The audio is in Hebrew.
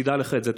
תדע לך את זה.